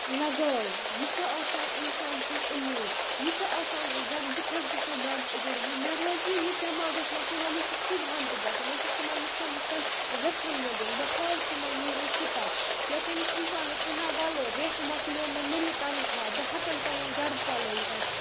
لگاو یہِ چھُ آسان اِنسان سٕنٛز اُمید یہِ چھُ آسان زَن بہٕ چھَس گژھان ڈانس ایٚکیڈمی مےٚ روزِ یہِ دؠماغَس منٛز کِہیٖنۍ نا مےٚ چھُ صبحن تہِ گژھُن مےٚ چھُ صُبحن یِژھن ویژن مِلُن بہٕ ہاو تِمَن یی یہِ سِٹَپ یا تٔمِس اِنسانَس کِنہ وَلہٕ رؠتھ مۄکلیو مےٚ مِلہِ تَنخاہ بہٕ ہؠکَن پَنُن گرٕ چلٲوِتٮ۪ن